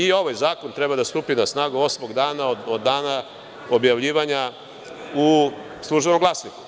I ovaj zakon treba da stupi na snagu osmog dana od dana objavljivanja u „Službenom glasniku“